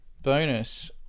Bonus